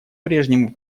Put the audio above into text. прежнему